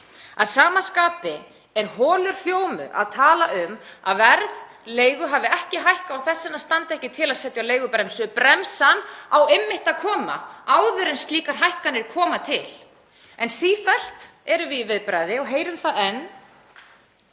Að sama skapi er holur hljómur að tala um að leiguverð hafi ekki hækkað og þess vegna standi ekki til að setja á leigubremsu. Bremsan á einmitt að koma áður en slíkar hækkanir koma til, en sífellt erum við í viðbragði og heyrum þetta enn.